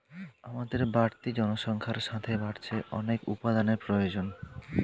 আমাদের বাড়তি জনসংখ্যার সাথে বাড়ছে অনেক উপাদানের প্রয়োজন